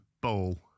ball